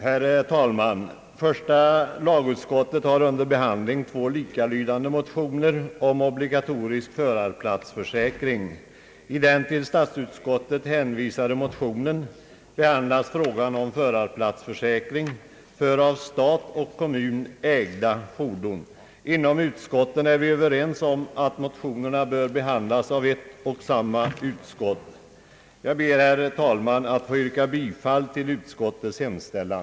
Herr talman! Första lagutskottet har under behandling två likalydande mo tioner om obligatorisk förarplatsförsäkring. I den till statsutskottet hänvisade motionen behandlas frågan om förarplatsförsäkring för av stat och kommun ägda fordon. Inom utskotten är vi överens om att motionerna bör behandlas av ett och samma utskott. Jag ber, herr talman, att få yrka bifall till utskottets hemställan.